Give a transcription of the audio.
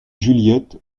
juliette